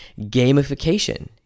gamification